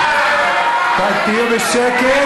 תהיו בשקט.